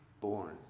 born